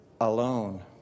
alone